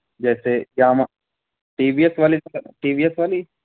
جیسے Yamaha T V S والی T V S والی